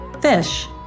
fish